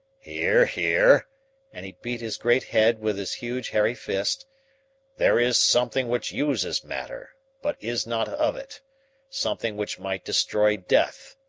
here here and he beat his great head with his huge, hairy fist there is something which uses matter, but is not of it something which might destroy death,